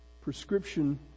prescription